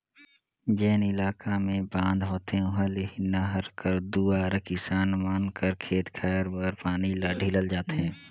जेन इलाका मे बांध होथे उहा ले ही नहर कर दुवारा किसान मन कर खेत खाएर बर पानी ल ढीलल जाथे